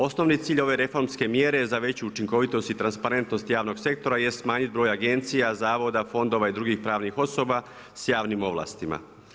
Osnovni cilj ove reformske mjere, za veću učinkovitost i transparentnost javnog sektora, je smanjiti broj agencija, zavoda, fondova i drugih pravnih osoba s javnim ovlastima.